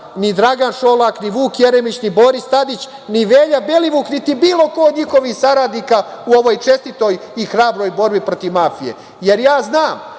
ni Dragan Šolak, ni Vuk Jeremić, ni Boris Tadić, ni Velja Belivuk, niti bilo ko od njihovih saradnika u ovoj čestitoj i hrabroj borbi protiv mafije. Jer ja znam